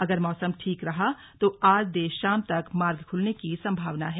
अगर मौसम ठीक रहा तो आज देर शाम तक मार्ग खुलने की संभावना है